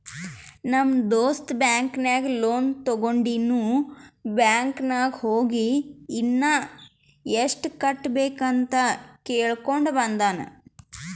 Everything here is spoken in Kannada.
ನಮ್ ದೋಸ್ತ ಬ್ಯಾಂಕ್ ನಾಗ್ ಲೋನ್ ತೊಂಡಿನು ಬ್ಯಾಂಕ್ ನಾಗ್ ಹೋಗಿ ಇನ್ನಾ ಎಸ್ಟ್ ಕಟ್ಟಬೇಕ್ ಅಂತ್ ಕೇಳ್ಕೊಂಡ ಬಂದಾನ್